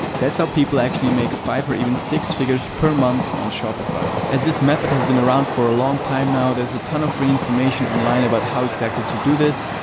that's how people actually make five or even six figures per month on shopify. as this method has been around for a long time now, there's a ton of free information online about how exactly to do this,